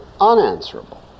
unanswerable